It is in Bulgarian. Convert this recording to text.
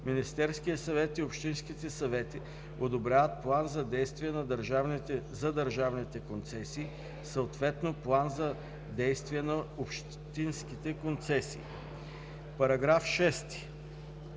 Министерският съвет и общинските съвети одобряват план за действие за държавните концесии, съответно план за действие на общинските концесии.“ ПРЕДСЕДАТЕЛ